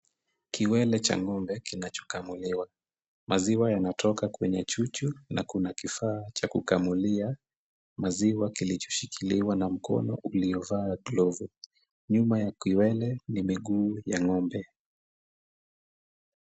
Kiwele cha ng'ombe kinachokamuliwa . Maziwa yanatoka kwenye chuchu na kuna kifaa cha kukamulia maziwa iliyoshikiliwa na mkono uliovaa glovu . Nyuma ya kiwele ni miguu ya ng'ombe.